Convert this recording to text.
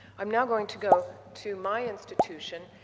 i'm now going to go to my institution.